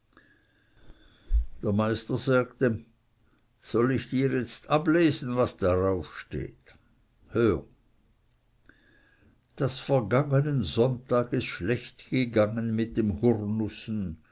der meister sagte soll ich dir jetzt ablesen was darauf steht hör daß vergangenen sonntag es schlecht gegangen mit dem